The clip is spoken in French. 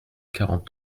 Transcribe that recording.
quarante